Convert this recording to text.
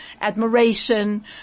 admiration